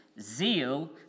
Zeal